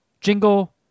Jingle